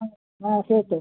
হ্যাঁ হ্যাঁ সেই তো